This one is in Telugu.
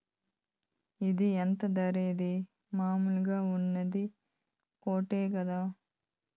ఇది ఇంత ధరేంది, మామూలు ఉన్ని కోటే కదా